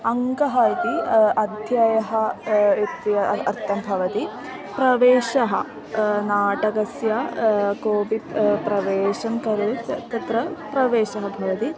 अङ्कः इति अध्यायः इत्यर्थं भवति प्रवेशः नाटकस्य कोपि प्रवेशं खलु तत्र प्रवेशः भवति